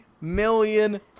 million